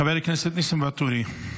חבר הכנסת ניסים ואטורי,